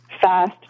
fast